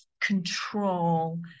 control